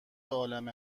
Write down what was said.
عالم